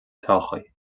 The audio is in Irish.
todhchaí